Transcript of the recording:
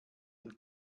den